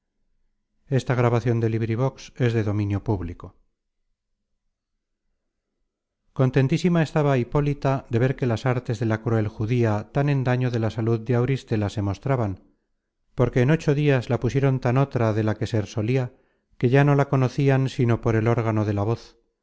contentísima estaba hipólita de ver que las artes de la cruel judía tan en daño de la salud de auristela se mostraban porque en ocho dias la pusieron tan otra de la que ser solia que ya no la conocian sino por el órgano de la voz